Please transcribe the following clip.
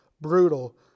brutal